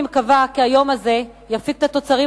אני מקווה כי היום הזה יפיק את התוצרים